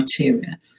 criteria